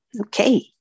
okay